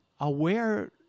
aware